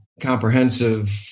comprehensive